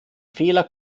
fehler